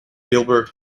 gilbert